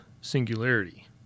Singularity